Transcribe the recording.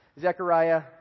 Zechariah